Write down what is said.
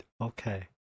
Okay